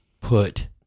put